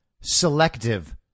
selective